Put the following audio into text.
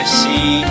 see